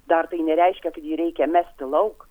dar tai nereiškia kad jį reikia mesti lauk